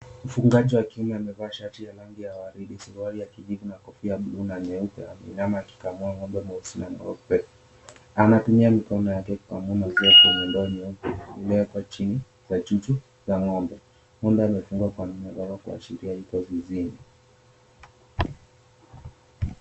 Mfugaji wakiume amevaa shati ya rangi ya waridi suwari ya kijvu na kofia ya bluu na nyeupe ameinama akikamua ng'ombe mweusi na mweupe, anatumia mikono yake kukamua maziwa kwenye ndoo nyeupe iliyoeekwa chini ya chuchu za ng'ombe, ng'ombe amefungwa kwa mnyororo kuashiria yuko zizini.